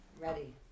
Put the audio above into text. Ready